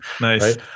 Nice